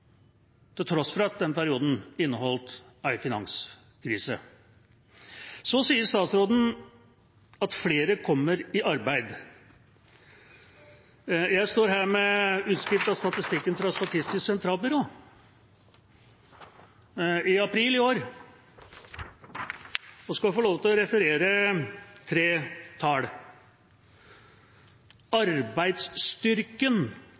til tross for at den perioden inneholdt en finanskrise. Statsråden sier at flere kommer i arbeid. Jeg står her med utskrift av statistikken fra Statistisk sentralbyrå for april i år. Jeg skal få lov til å referere tre tall: